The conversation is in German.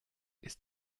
ist